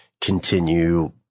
continue